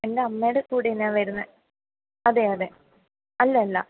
എൻ്റെ അമ്മയുടെ കൂടെ ആണ് ഞാൻ വരുന്നത് അതെ അതെ അല്ല അല്ല